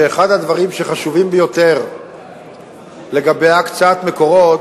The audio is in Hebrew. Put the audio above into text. שאחד הדברים החשובים ביותר לגבי הקצאת מקורות,